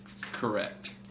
Correct